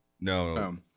No